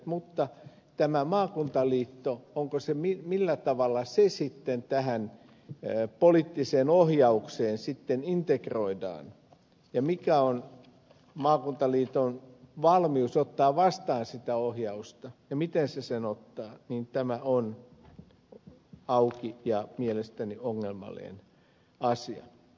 mutta tämä maakuntaliitto onko se niin millä tavalla tämä maakuntaliitto tähän poliittiseen ohjaukseen integroidaan ja mikä on maakuntaliiton valmius ottaa vastaan sitä ohjausta ja miten se sen ottaa tämä on auki ja mielestäni ongelmallinen asia